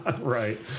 Right